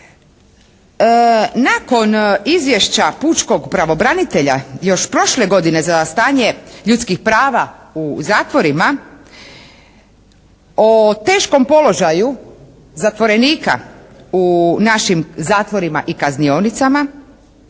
Nakon izvješća pučkog pravobranitelja još prošle godine za stanje ljudskih prava u zatvorima, o teškom položaju zatvorenika u našim zatvorima i kaznionicama,